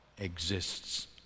exists